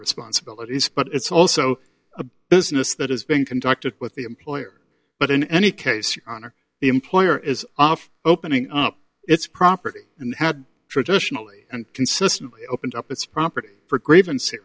responsibilities but it's also a business that is being conducted with the employer but in any case you honor the employer is off opening up its property and had traditionally and consistently opened up its property for grievances